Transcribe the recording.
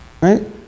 Right